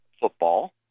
football